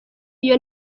iyo